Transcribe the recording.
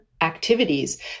activities